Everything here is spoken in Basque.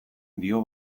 dio